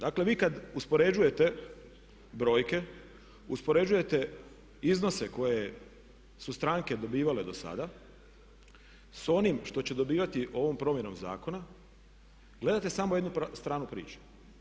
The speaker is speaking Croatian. Dakle vi kad uspoređujete brojke uspoređujete iznose koje su stranke dobivale do sada sa onim što će dobivati ovom promjenom zakona, gledate samo jednu stranu priče.